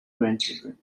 grandchildren